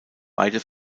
beide